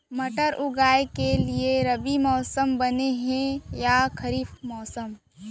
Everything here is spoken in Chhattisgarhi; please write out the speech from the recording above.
मटर उगाए के लिए रबि मौसम बने हे या खरीफ मौसम?